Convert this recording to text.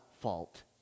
fault